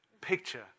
picture